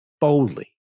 boldly